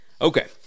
Okay